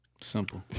Simple